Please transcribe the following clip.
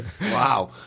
Wow